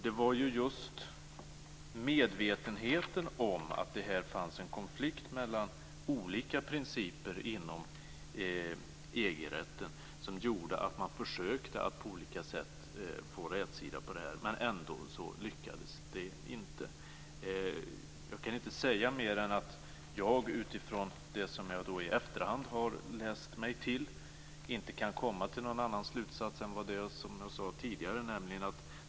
Det var just medvetenheten om att det här fanns en konflikt mellan olika principer i EG-rätten som gjorde att man försökte att på olika sätt få rätsida på detta. Men det lyckades ändå inte. Jag kan inte säga mer än att jag utifrån det jag i efterhand har läst mig till inte kan komma till någon annan slutsats än det jag tidigare sade.